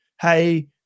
hey